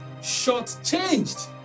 shortchanged